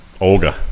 Olga